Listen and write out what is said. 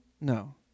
No